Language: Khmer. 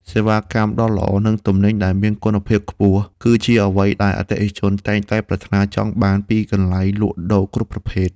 សេវាកម្មដ៏ល្អនិងទំនិញដែលមានគុណភាពខ្ពស់គឺជាអ្វីដែលអតិថិជនតែងតែប្រាថ្នាចង់បានពីកន្លែងលក់ដូរគ្រប់ប្រភេទ។